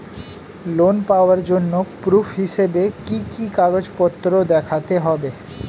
Loan পাওয়ার জন্য proof হিসেবে কি কি কাগজপত্র দেখাতে হবে?